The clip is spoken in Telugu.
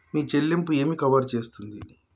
మీ చెల్లింపు ఏమి కవర్ చేస్తుంది?